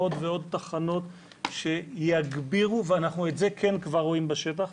עוד ועוד תחנות שיגבירו ואנחנו את זה כן כבר רואים בשטח,